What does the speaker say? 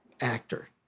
actor